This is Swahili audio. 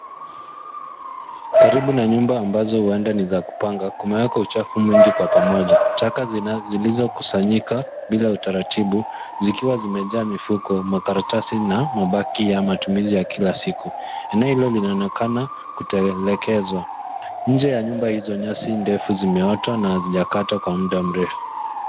Karibu na nyumba ambazo huenda ni za kupanga kumeekwa uchafu mwingi kwa pamoja. Taka zilizokusanyika bila utaratibu zikiwa zimejaa mifuko makaratasi na mabaki ya matumizi ya kila siku. Eneo hilo linaonekana kutelekezwa. Nje ya nyumba hizo nyasi ndefu zimeota na hazijakatwa kwa muda mrefu.